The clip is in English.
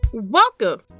welcome